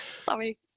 sorry